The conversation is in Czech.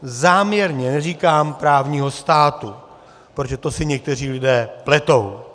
Záměrně neříkám právního státu, protože to si někteří lidé pletou.